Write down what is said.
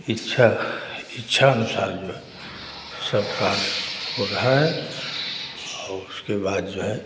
इच्छा इच्छा अनुसार जो है सबका हो रहा है और उसके बाद जो है